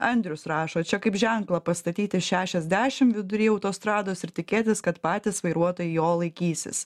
andrius rašo čia kaip ženklą pastatyti šešiasdešim vidury autostrados ir tikėtis kad patys vairuotojai jo laikysis